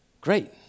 great